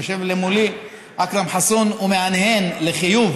יושב מולי אכרם חסון ומהנהן לחיוב,